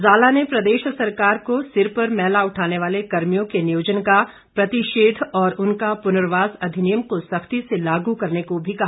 जाला ने प्रदेश सरकार को सिर पर मैला उठाने वाले कर्मियों के नियोजन का प्रतिषेध और उनका पुर्नवास अधिनियम को सख्ती से लागू करने को भी कहा